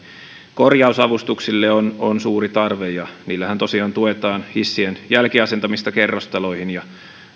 korjaus avustuksille on on suuri tarve ja niillähän tosiaan tuetaan hissien jälkiasentamista kerrostaloihin ja